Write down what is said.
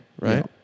Right